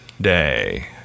day